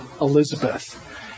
Elizabeth